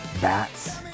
bats